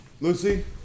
Lucy